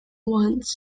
wants